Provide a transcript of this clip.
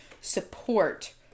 support